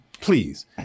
please